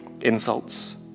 insults